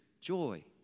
joy